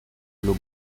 blue